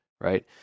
right